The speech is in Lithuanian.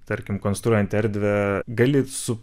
tarkim konstruojant erdvę gali su